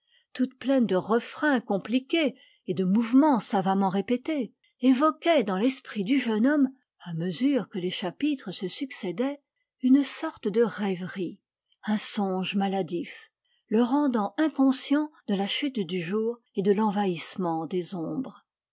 toute pleine de refrains compliqués et de mouvements savamment répétés évoquaient dans l'esprit du jeune homme à mesure que les chapitres se succédaient une sorte de rêverie un songe maladif le rendant inconscient de la chute du jour et de l'envahissement des ombres